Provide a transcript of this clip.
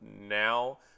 now